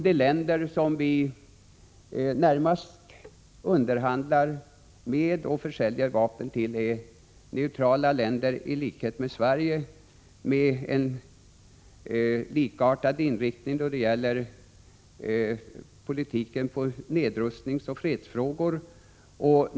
De länder som vi närmast underhandlar med och säljer vapen till är i likhet med Sverige neutrala länder som har en likartad inriktning då det gäller politiken i nedrustningsoch fredsfrågor.